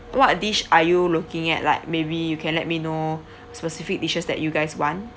what dish are you looking at like maybe you can let me know specific dishes that you guys want